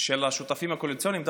של השותפים הקואליציוניים,